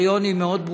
המקומיות.